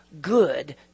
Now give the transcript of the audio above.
good